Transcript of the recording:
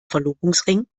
verlobungsring